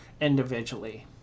individually